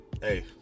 hey